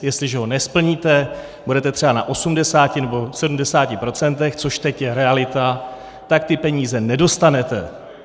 Jestliže ho nesplníte, budete třeba na 80 nebo 70 %, což teď je realita, tak ty peníze nedostanete.